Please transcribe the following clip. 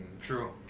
true